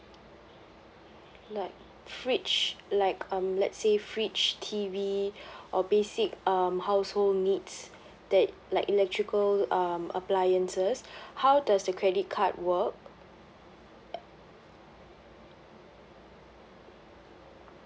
no fridge like um let's say fridge T_V or basic um household needs that like electrical um appliances how does the credit card work